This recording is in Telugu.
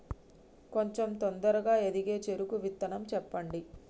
కొంచం తొందరగా ఎదిగే చెరుకు విత్తనం చెప్పండి?